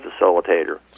facilitator